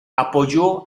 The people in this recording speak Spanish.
apoyó